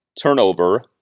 turnover